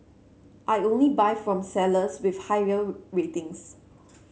I only buy from sellers with high ratings